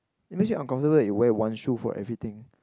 it makes you uncomfortable that you wear one shoe for everything